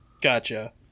Gotcha